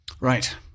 Right